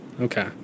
Okay